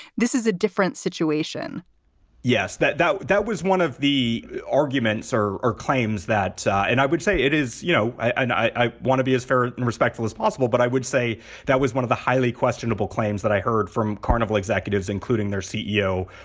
this is a different situation yes. that that that was one of the arguments or or claims that. and i would say it is, you know, i and i want to be as fair and respectful as possible. but i would say that was one of the highly questionable claims that i heard from carnival executives, including their ceo,